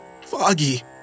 foggy